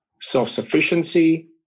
self-sufficiency